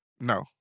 no